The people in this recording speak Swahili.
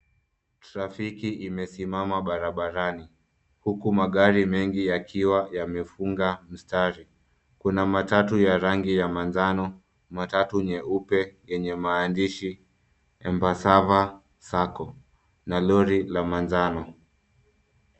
Trafiki imesimama barabarani, huku magari mengi yakiwa yamefunga mstari. Kuna matatu ya rangi ya manjano, matatu nyeupe yenye maandishi Embassava sacco, na lori la manjano.